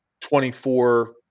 24 –